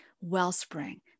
wellspring